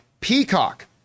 Peacock